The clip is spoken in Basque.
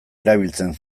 erabiltzen